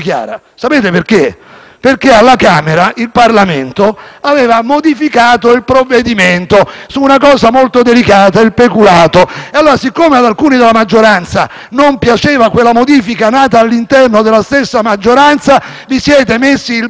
perché? Alla Camera il Parlamento aveva modificato il provvedimento su un punto molto delicato: il peculato. E allora, siccome ad alcuni della maggioranza non piaceva quella modifica, nata all'interno della stessa maggioranza, vi siete messi il bavaglio da soli